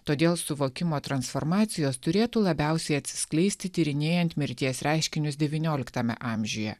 todėl suvokimo transformacijos turėtų labiausiai atsiskleisti tyrinėjant mirties reiškinius devynioliktame amžiuje